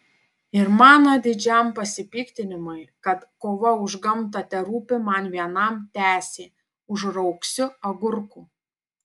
ir mano didžiam pasipiktinimui kad kova už gamtą terūpi man vienam tęsė užraugsiu agurkų